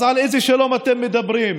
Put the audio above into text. אז על איזה שלום אתם מדברים?